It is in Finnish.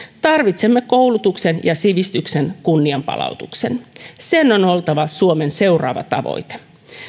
tarvitsemme koulutuksen ja sivistyksen kunnianpalautuksen sen on oltava suomen seuraava tavoite